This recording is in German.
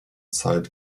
zeit